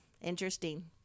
Interesting